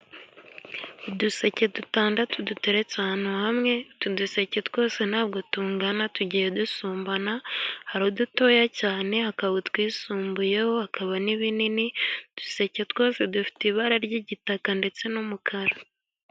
Uduseke dutandatu duteretse ahantu hamwe, utu duseke twose ntabwo tungana, tugiye dusumbana, hari udutoya cyane, hakaba utwisumbuyeho, hakaba n'ibinini, uduseke twose dufite ibara ry'igitaka, ndetse n'umukara.